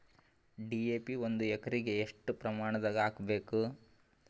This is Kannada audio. ಡಿ.ಎ.ಪಿ ಒಂದು ಎಕರಿಗ ಎಷ್ಟ ಪ್ರಮಾಣದಾಗ ಹಾಕಬೇಕು?